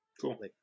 Cool